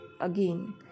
again